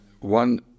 one